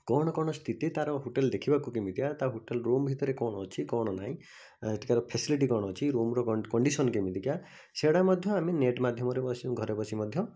କ'ଣ କ'ଣ ସ୍ଥିତି ତା'ର ହୋଟେଲ୍ ଦେଖିବାକୁ କେମିତିଆ ତା' ହୋଟେଲ୍ ରୁମ୍ ଭିତରେ କ'ଣ ଅଛି କ'ଣ ନାହିଁ ଏଇଠିକାର ଫ୍ୟାସିଲିଟି କ'ଣ ଅଛି ରୁମ୍ର କଣ୍ଡିଶନ୍ କେମିତିକା ସେଗୁଡ଼ା ମଧ୍ୟ ଆମେ ନେଟ୍ ମାଧ୍ୟମରେ ବସି ଘରେ ବସି ମଧ୍ୟ